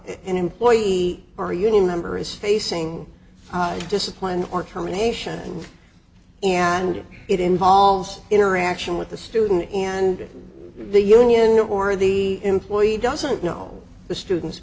an employee or a union member is facing discipline or combination and it involves interaction with the student and the union or the employee doesn't know the students